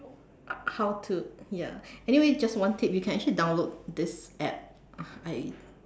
how to ya anyway just one tip you can actually download this app I